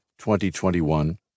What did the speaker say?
2021